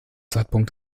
zeitpunkt